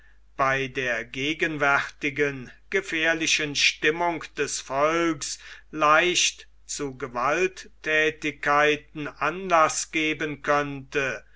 bei der gegenwärtigen gefährlichen stimmung des volks leicht zu gewaltthätigkeiten anlaß geben könnte